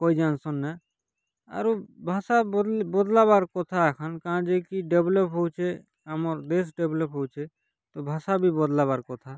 କହି ଜାଣୁସନ୍ ନା ଆରୁ ଭାଷା ବଦଳ୍ ବଦଳାବାର କଥା ଏଖାନ୍ କାଁ ଯେ କି ଡେଭ୍ଲପ୍ ହଉଛେ ଆମର ଦେଶ୍ ଡେଭ୍ଲପ୍ ହଉଛେ ତ ଭାଷା ବି ବଦଳାବାର୍ କଥା